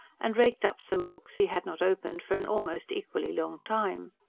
and raked up some books he had not opened for an almost equally long time.